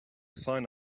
sign